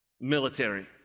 military